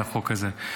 על החוק הזה.